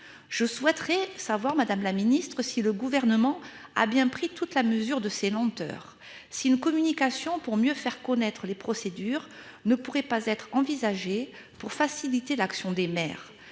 je souhaiterais savoir Madame la Ministre si le gouvernement a bien pris toute la mesure de ses lenteurs. Si une communication pour mieux faire connaître les procédures ne pourrait pas être envisagée pour faciliter l'action des maires.